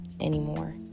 anymore